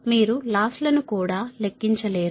మీరు లాస్ లను కూడా లెక్కించలేరు